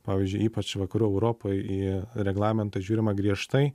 pavyzdžiui ypač vakarų europoj į reglamentą žiūrima griežtai